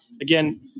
again